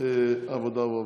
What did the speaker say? העבודה והרווחה.